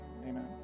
Amen